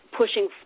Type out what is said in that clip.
pushing